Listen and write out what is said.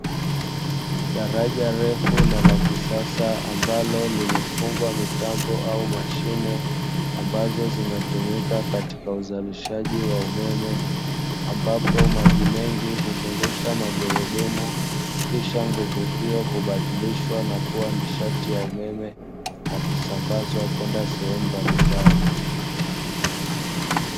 Daraja refu na la kisasa ambalo limefungwa mitambo au mashine ambazo zinatumika katika uzalishaji wa umeme. Ambapo maji mengi huzungusha magurudumu kisha nguvu hiyo hubadilishwa na kuwa nishati ya umeme na kusambazwa kwenda sehemu mbalimbali.